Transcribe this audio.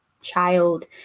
child